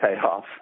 payoff